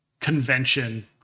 convention